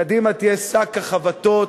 קדימה תהיה שק החבטות